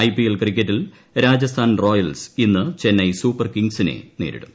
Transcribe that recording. I P L ക്രിക്കറ്റിൽ Rajasthan royals ഇന്ന് Chennai super കിംഗ്സിനെ നേരിടും